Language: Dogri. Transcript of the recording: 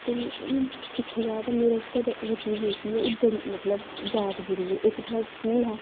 दिक्खेआ जा तां मेरे आस्तै ओह् चीज जेह्की ऐ ओह् बड़ी मतलब यादगिरी इक ते साढ़ा स्कूल हा